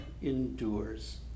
endures